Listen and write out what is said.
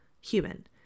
human